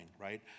right